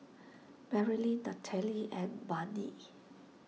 Marylin Nathalie and Barney